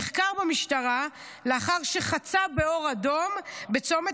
נחקר במשטרה לאחר שחצה באור אדום בצומת